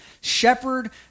Shepherd